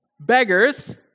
beggars